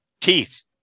Keith